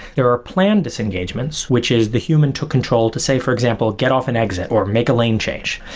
there are planned disengagements, which is the human took control to say for example, get off an exit, or make a lane change.